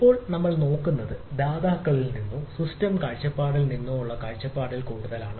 ഇപ്പോൾ നമ്മൾ നോക്കുന്നത് ദാതാക്കളിൽ നിന്നോ അല്ലെങ്കിൽ സിസ്റ്റം കാഴ്ചപ്പാടിൽ നിന്നോ ഉള്ള കാഴ്ചപ്പാടിൽ നിന്ന് കൂടുതലാണ്